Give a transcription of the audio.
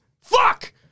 Fuck